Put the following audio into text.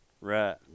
Right